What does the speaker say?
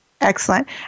Excellent